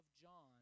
John